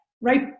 right